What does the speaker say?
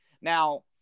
Now